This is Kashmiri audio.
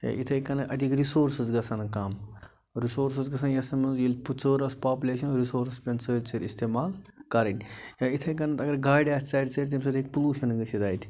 ہَے یِتھَے کٔنۍ اَتِکۍ رِسوٚرسِز گَژھن کَم رِسوٚرسِز گَژھن یِسن منٛز ییٚلہِ ژٔر ٲسۍ پاپلیشن رِسوٚرٕس پٮ۪ن سٍتۍ سٍتۍ استعمال کَرٕنۍ یا یِتھَے کٔنۍ اگر گاڑِ آسہِ ژَرِ ژَرِ تَمہٕ سٍتۍ ہیٚکہِ پولوٗشن گٔژھِتھ اَتہِ